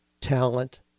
talent